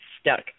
stuck